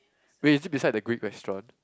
wait is it beside the Greek restaurant